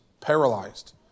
paralyzed